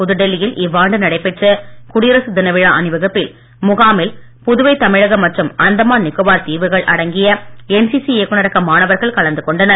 புதுடெல்லியில் இவ்வாண்டு நடைபெற்ற குடியரசு தின விழா அணிவகுப்பு முகாமில் புதுவை தமிழக மற்றும் அந்தமான் நிகோபார் தீவுகள் அடங்கிய என்சிசி இயக்குனரக மாணவர்கள் கலந்து கொண்டனர்